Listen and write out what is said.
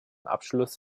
abschluss